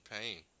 pain